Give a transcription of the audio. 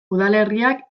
udalerriak